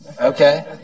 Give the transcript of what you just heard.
Okay